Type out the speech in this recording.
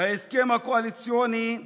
ההסכם הקואליציוני,